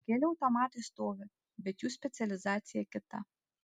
keli automatai stovi bet jų specializacija kita